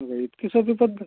इतकी सोपी पद्धत